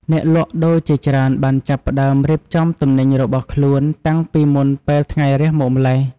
អ្នកលក់ដូរជាច្រើនបានចាប់ផ្តើមរៀបចំទំនិញរបស់ខ្លួនតាំងពីមុនពេលថ្ងៃរះមកម្ល៉េះ។